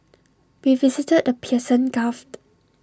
we visited the Persian gulf